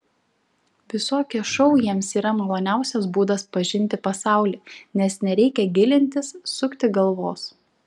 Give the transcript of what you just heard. visokie šou jiems yra maloniausias būdas pažinti pasaulį nes nereikia gilintis sukti galvos